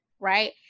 Right